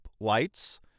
lights